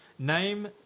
Name